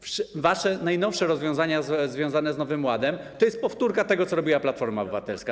Wasze najnowsze rozwiązania związane z Nowym Ładem to jest powtórka tego, co robiła Platforma Obywatelska.